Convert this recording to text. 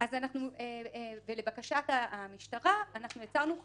לבקשת המשטרה יצרנו חזקה,